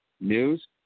news